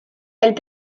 elles